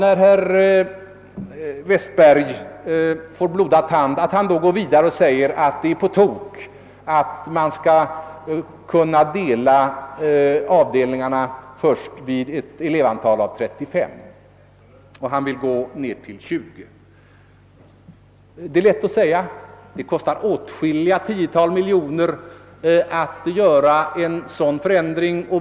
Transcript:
När herr Westberg får blodad tand går han givetvis vidare och säger att det är på tok att man skall dela avdelningarna först vid ett elevantal av 35. Han vill gå ned till 20. Det är lätt att säga — det kostar åtskilliga tiotal miljoner kronor att göra en sådan förändring.